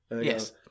Yes